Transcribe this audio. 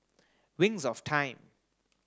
Wings of Time